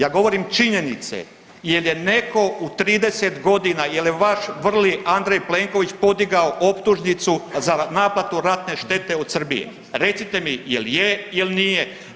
Ja govorim činjenice jer je netko u 30 godina, je li vaš vrli Andrej Plenković podigao optužnicu za naknadu ratne štete od Srbije, recite mi, je li je ili nije?